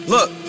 Look